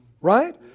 Right